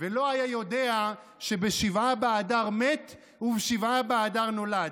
ולא היה יודע שבשבעה באדר מת ובשבעה באדר נולד".